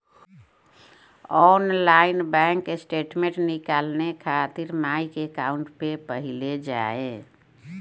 online bank statement निकाले खातिर my account पे पहिले जाए